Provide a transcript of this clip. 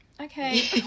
okay